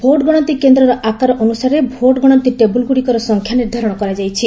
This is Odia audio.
ଭୋଟ ଗଣତି କେନ୍ଦ୍ରର ଆକାର ଅନୁସାରେ ଭୋଟ ଗଣତି ଟେବୁଲ୍ ଗୁଡ଼ିକର ସଂଖ୍ୟା ନିର୍ଦ୍ଧାରଣ କରାଯାଇଛି